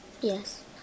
Yes